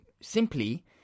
simply